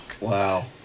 Wow